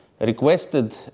requested